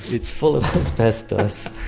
it's full of asbestos,